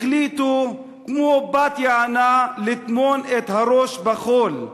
החליטו, כמו בת-יענה, לטמון את הראש בחול.